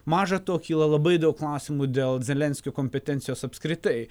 maža to kyla labai daug klausimų dėl zelenskio kompetencijos apskritai